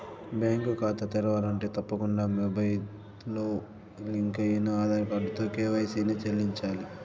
bank కాతా తెరవాలంటే తప్పకుండా మొబయిల్తో లింకయిన ఆదార్ కార్డుతో కేవైసీని చేయించాల్ల